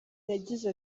yagize